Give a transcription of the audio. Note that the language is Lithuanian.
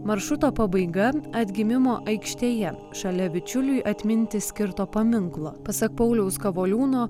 maršruto pabaiga atgimimo aikštėje šalia vičiuliui atminti skirto paminklo pasak pauliaus kavoliūno